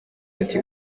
ati